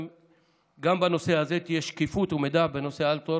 גם בנושא הזה תהיה שקיפות ומידע בנושא אל-תור,